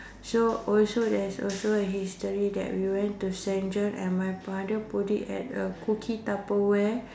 so also there's also a history that we went to Saint John and my father put it at a cookie tupperware